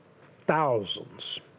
thousands